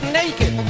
naked